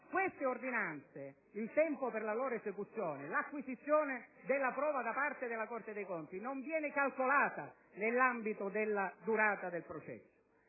queste ordinanze e per l'acquisizione della prova da parte della Corte dei conti non viene calcolato nell'ambito della durata del processo.